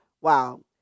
Wow